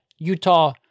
Utah